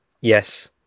Yes